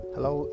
Hello